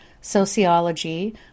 sociology